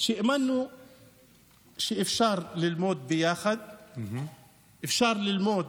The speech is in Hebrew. שהאמנו שאפשר ללמוד ביחד, אפשר ללמוד